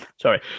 Sorry